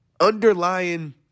underlying